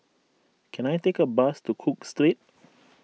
can I take a bus to Cook Street